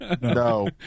No